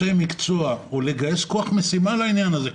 או לגייס כוח משימה לעניין הזה,